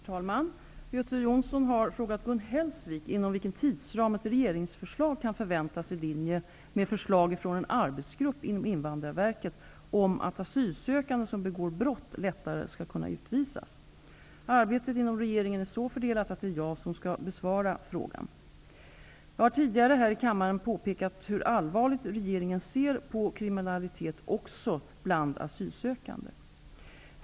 Herr talman! Göte Jonsson har frågat Gun Hellsvik inom vilken tidsram ett regeringsförslag kan förväntas, i linje med förslag från en arbetsgrupp inom Invandrarverket om att asylsökande som begår brott lättare skall kunna utvisas. Arbetet inom regeringen är så fördelat att det är jag som skall besvara frågan. Jag har tidigare här i kammaren påpekat hur allvarligt regeringen ser på kriminalitet, också bland asylsökande.